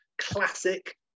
Classic